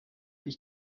ich